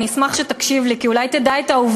אני אשמח אם תקשיב לי כי אז אולי תדע את העובדות,